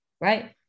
Right